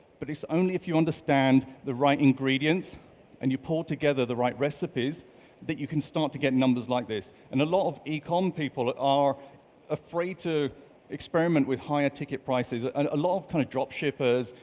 but it's only if you understand the right ingredients and you pour together the right recipes that you can start to get numbers like this, and a lot of ecom people that are afraid to experiment with higher ticket prices. and a lot of kind of dropshippers,